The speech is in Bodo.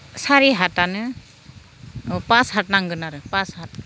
सारि हातआनो पास हात नांगोन आरो पास हात